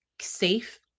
safe